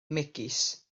megis